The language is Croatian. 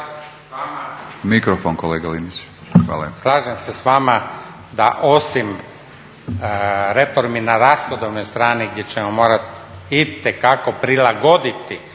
Slažem se s vama da osim reformi na rashodovnoj strani gdje ćemo morati itekako prilagoditi